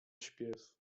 śpiew